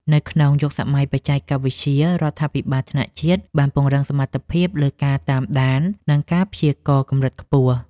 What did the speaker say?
នៅក្នុងយុគសម័យបច្ចេកវិទ្យា រដ្ឋាភិបាលថ្នាក់ជាតិបានពង្រឹងសមត្ថភាពលើការតាមដាន និងការព្យាករណ៍កម្រិតខ្ពស់។